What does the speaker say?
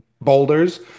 boulders